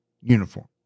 uniform